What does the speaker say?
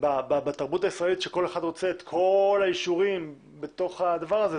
ובתרבות הישראלית כל אחד רוצה את כל האישורים בתוך הדבר הזה,